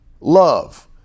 love